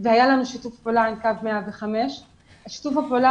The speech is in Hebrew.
והיה לנו שיתוף פעולה עם מוקד 105. שיתוף הפעולה